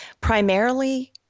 primarily